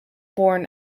born